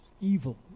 Evil